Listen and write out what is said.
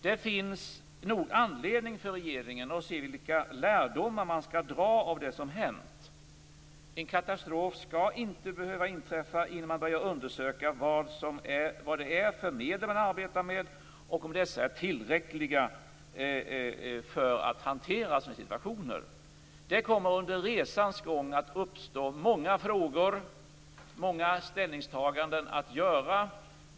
Det finns nog anledning för regeringen att se vilka lärdomar man skall dra av det som hänt. En katastrof skall inte behöva inträffa innan man börjar undersöka vilka medel som det arbetas med och om dessa är tillräckliga för att hantera sådana här situationer. Det kommer under resans gång att uppstå många frågor, och många ställningstaganden kommer att behöva göras.